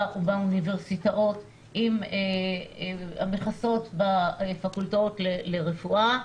ובאוניברסיטאות עם המכסות בפקולטות לרפואה,